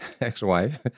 ex-wife